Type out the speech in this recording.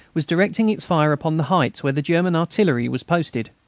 was directing its fire upon the heights where the german artillery was posted.